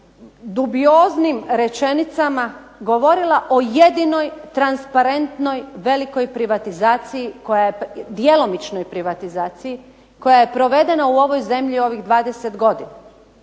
dubioznim rečenicama govorila o jedinoj transparentnoj velikoj privatizaciji, djelomičnoj privatizaciji koja je provedena u ovoj zemlji u ovih 20 godina